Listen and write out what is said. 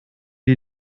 die